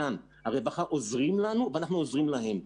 הרווחה עוזרים לנו ואנחנו להם.